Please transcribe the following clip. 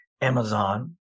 Amazon